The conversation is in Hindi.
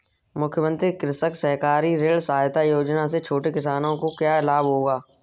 मुख्यमंत्री कृषक सहकारी ऋण सहायता योजना से छोटे किसानों को क्या लाभ होगा?